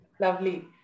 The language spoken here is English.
lovely